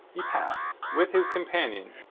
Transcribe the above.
he passed, with his companion,